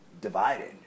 divided